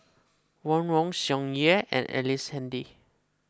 Ron Wong Tsung Yeh and Ellice Handy